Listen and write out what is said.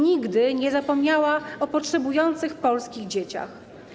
Nigdy nie zapomniała o potrzebujących polskich dzieciach.